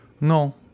no